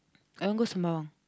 I want go Sembawang